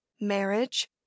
marriage